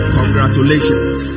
congratulations